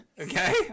Okay